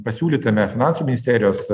pasiūlytame finansų ministerijos